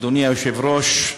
אדוני היושב-ראש,